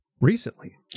recently